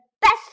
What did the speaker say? best